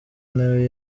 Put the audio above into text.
nawe